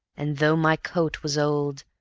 and though my coat was old,